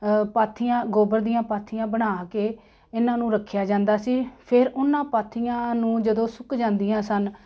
ਪਾਥੀਆਂ ਗੋਬਰ ਦੀਆਂ ਪਾਥੀਆਂ ਬਣਾ ਕੇ ਇਹਨਾਂ ਨੂੰ ਰੱਖਿਆ ਜਾਂਦਾ ਸੀ ਫਿਰ ਉਹਨਾਂ ਪਾਥੀਆਂ ਨੂੰ ਜਦੋਂ ਸੁੱਕ ਜਾਂਦੀਆਂ ਸਨ